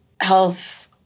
health